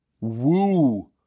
woo